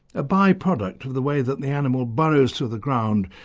a by-product of the way the the animal burrows through the ground,